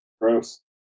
gross